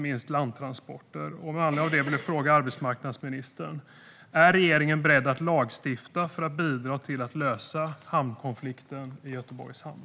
Med anledning av detta vill jag fråga arbetsmarknadsministern: Är regeringen beredd att lagstifta för att bidra till att lösa konflikten i Göteborgs hamn?